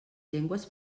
llengües